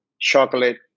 chocolate